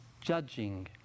judging